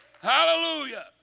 hallelujah